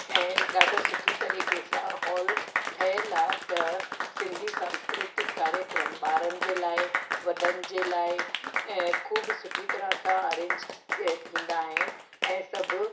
ऐं ॾाढो सुठी तरीक़े सां हॉल ठहियल आहे त सिंधी सांस्कृतिक कार्यक्रम ॿारनि जे लाइ वॾनि जे लाइ ऐं ख़ूब सुठी तरह सां अरेंज थींदा आहिनि ऐं सभु